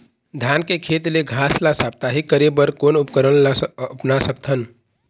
धान के खेत ले घास ला साप्ताहिक करे बर कोन उपकरण ला अपना सकथन?